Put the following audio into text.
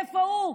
איפה הוא,